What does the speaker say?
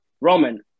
Roman